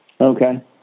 Okay